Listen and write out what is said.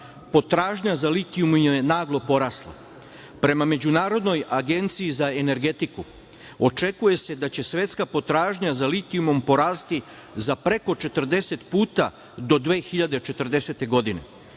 potražnja za litijumom je naglo porasla. Prema Međunarodnoj agenciji za energetiku očekuje se da će svetska potražnja za litijumom porasti za preko 40 puta do 2040. godine.